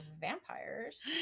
vampires